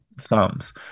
Thumbs